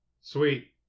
Sweet